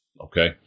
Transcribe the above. Okay